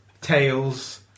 Tails